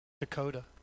Dakota